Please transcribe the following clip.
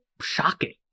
shocking